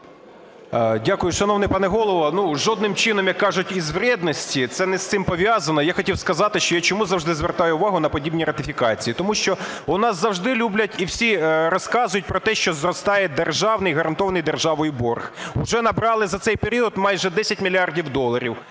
Дякую, шановний пане Голово. Ну, жодним чином, як кажуть, из вредности, це не з цим пов'язано, я хотів сказати, що я чому завжди звертаю увагу на подібні ратифікації? Тому що в нас завжди люблять і всі розказують про те, що зростає державний, гарантований державою борг. Уже набрали за цей період майже 10 мільярдів доларів.